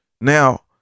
Now